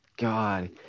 God